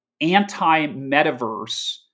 anti-metaverse